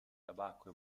tabacco